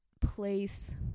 place